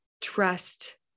trust